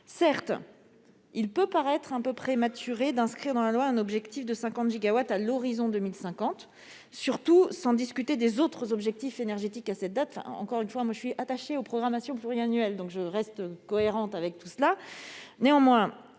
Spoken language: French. Certes, il peut paraître un peu prématuré d'inscrire dans la loi un objectif de 50 gigawatts à l'horizon 2050, surtout sans discuter des autres objectifs énergétiques à cette date. Encore une fois, je suis attachée aux programmations pluriannuelles, donc je reste cohérente.